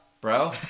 bro